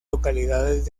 localidades